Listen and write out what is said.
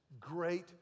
great